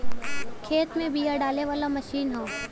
खेत में बिया डाले वाला मशीन हौ